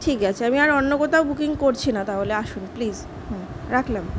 ঠিক আছে আমি আর অন্য কোথাও বুকিং করছি না তাহলে আসুন প্লিস হুম রাখলাম